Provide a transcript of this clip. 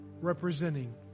representing